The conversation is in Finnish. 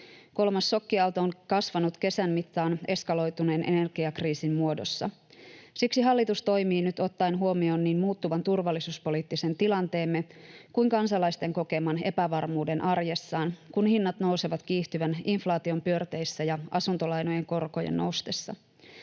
Kolmas šokkiaalto on kasvanut kesän mittaan eskaloituneen energiakriisin muodossa. Siksi hallitus toimii nyt ottaen huomioon niin muuttuvan turvallisuuspoliittisen tilanteemme kuin kansalaisten kokeman epävarmuuden arjessaan, kun hinnat nousevat kiihtyvän inflaation pyörteissä ja asuntolainojen korkojen noustessa.